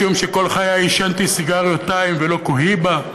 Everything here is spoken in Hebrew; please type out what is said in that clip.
משום שכל חיי עישנתי סיגריות "טיים" ולא "קוהיבה"?